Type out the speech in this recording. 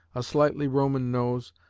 a slightly roman nose,